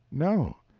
no.